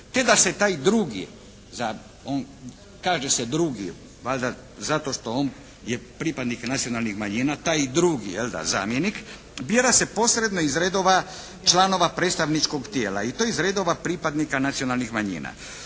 te da se taj drugi, kaže se drugi valjda zato što on je pripadnik nacionalnih manjina, taj drugi jel'da zamjenik, bira se posredno iz redova članova predstavničkog tijela i to iz redova pripadnika nacionalnih manjina.